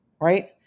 right